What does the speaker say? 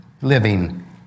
living